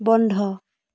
বন্ধ